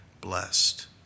blessed